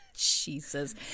Jesus